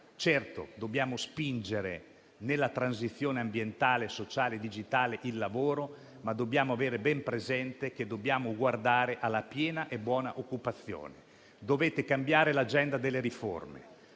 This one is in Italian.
Certo, dobbiamo spingere verso la transizione ambientale, sociale e digitale il lavoro, ma dobbiamo avere ben presente che occorre guardare alla piena e buona occupazione. Dovete cambiare l'agenda delle riforme: